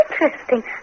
interesting